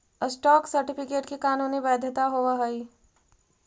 stock certificate के कानूनी वैधता होवऽ हइ